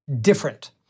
different